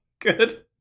good